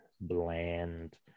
bland